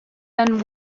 then